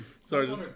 Sorry